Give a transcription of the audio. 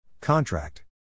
Contract